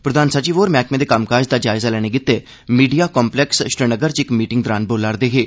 प्रधान सचिव होर मैह्कमे दे कम्मकाज दा जायजा लैने गितै मीडिया कम्प्लैक्स श्रीनगर च इक मीटिंग दौरान बोला'रदे हे